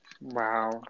Wow